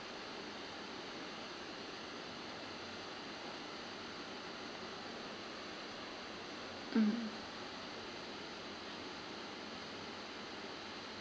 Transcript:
mm